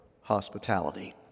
hospitality